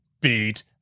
Beat